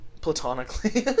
platonically